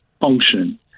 function